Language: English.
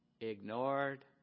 ignored